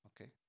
Okay